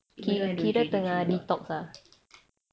but then I don't usually drink a lot